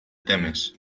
temes